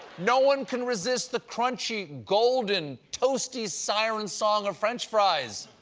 no one can resist the crunchy, golden, toasty siren song of french fries!